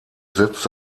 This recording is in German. setzt